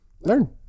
learn